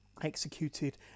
executed